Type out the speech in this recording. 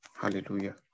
Hallelujah